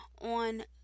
on